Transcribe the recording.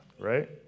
Right